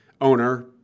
owner